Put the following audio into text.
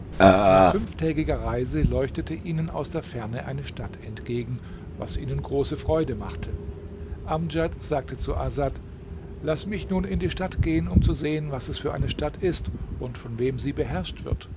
nach fünftägiger reise leuchtete ihnen aus der ferne eine stadt entgegen was ihnen große freude machte amdjad sagte zu asad laß mich nun in die stadt gehen um zu sehen was es für eine stadt ist und von wem sie beherrscht wird